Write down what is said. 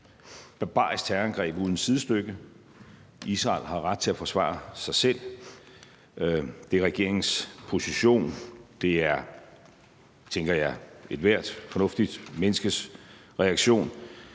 barbarisk terrorangreb uden sidestykke, Israel har ret til at forsvare sig selv. Det er regeringens position, og det er, tænker jeg også, ethvert fornuftigt menneskes reaktion,